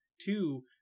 Two